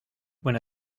when